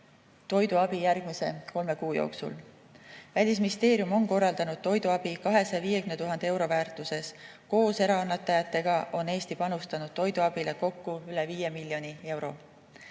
toiduabi järgmise kolme kuu jooksul. Välisministeerium on korraldanud toiduabi 250 000 euro väärtuses. Koos eraannetajatega on Eesti panustanud toiduabisse kokku üle 5 miljoni euro.